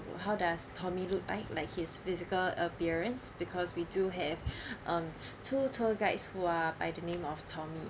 how does tommy look like like his physical appearance because we do have um two tour guides who are by the name of tommy